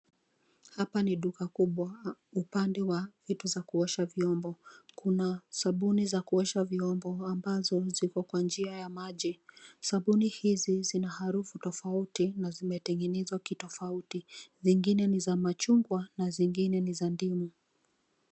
Hapa ni duka kubwa, upande wa vitu za kuosha vyombo, kuna sabuni za kuosha vyombo ambazo ziko kwa njia ya maji. Sabuni hizi zina harufu tofauti na zimetengenezwa kitofauti, zingine ni za machungwa na zingine ni za ndimu.